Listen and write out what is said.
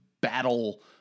battle